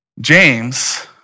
James